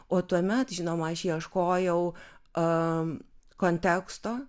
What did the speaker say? o tuomet žinoma aš ieškojau a konteksto